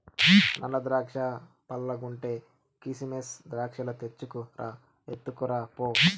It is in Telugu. నల్ల ద్రాక్షా పుల్లగుంటే, కిసిమెస్ ద్రాక్షాలు తెచ్చుకు రా, ఎత్తుకురా పో